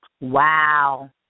Wow